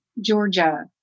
Georgia